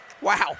Wow